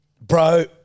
Bro